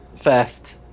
first